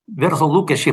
verslo lūkesčiai